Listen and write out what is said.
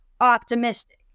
optimistic